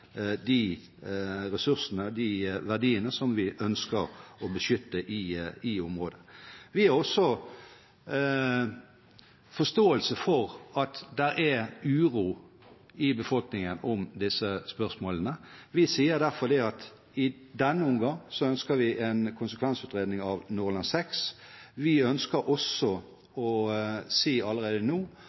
de ressursene og de verdiene som vi ønsker å beskytte i området. Vi har også forståelse for at det er uro i befolkningen omkring disse spørsmålene. Vi sier derfor at i denne omgang ønsker vi en konsekvensutredning av Nordland VI. Vi ønsker også å si allerede nå